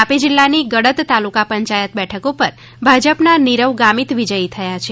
તાપી જિલ્લાની ગડત તાલુકા પંયાયત બેઠક પર ભાજપના નીરવ ગામીત વિજયી થયા છે